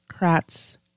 Kratz